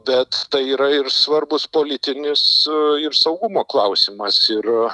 bet tai yra ir svarbus politinis ir saugumo klausimas ir